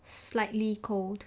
slightly cold